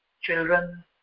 children